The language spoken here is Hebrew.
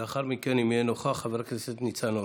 לאחר מכן, אם יהיה נוכח, חבר הכנסת ניצן הורוביץ.